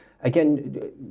again